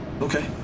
Okay